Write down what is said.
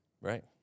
Right